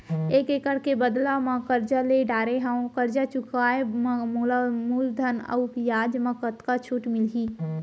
एक एक्कड़ के बदला म करजा ले डारे हव, करजा चुकाए म मोला मूलधन अऊ बियाज म कतका छूट मिलही?